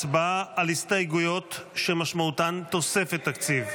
הצבעה על הסתייגויות שמשמעותן תוספת תקציב.